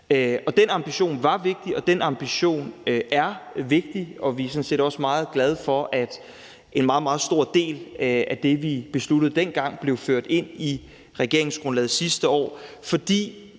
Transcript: Den ambition var vigtig, og den ambitioner er vigtig, og vi er sådan set også meget glade for, at en meget, meget stor del af det, vi besluttede dengang, blev ført ind i regeringsgrundlaget sidste år. For